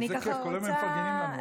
איזה כיף, כל היום הם מפרגנים לנו.